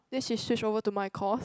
then she switched over to my course